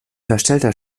verstellter